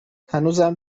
هنوزم